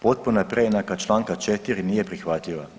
Potpuna je preinaka čl. 4., nije prihvatljiva.